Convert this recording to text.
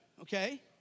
Okay